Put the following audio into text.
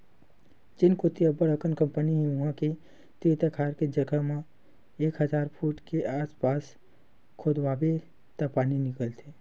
जेन कोती अब्बड़ अकन कंपनी हे उहां के तीर तखार के जघा म एक हजार फूट के आसपास खोदवाबे त पानी निकलथे